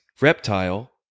Reptile